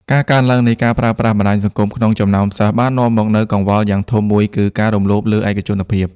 ការកើនឡើងនៃការប្រើប្រាស់បណ្តាញសង្គមក្នុងចំណោមសិស្សបាននាំមកនូវកង្វល់យ៉ាងធំមួយគឺ ការរំលោភលើឯកជនភាព។